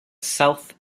south